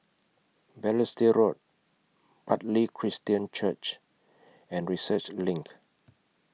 Balestier Road Bartley Christian Church and Research LINK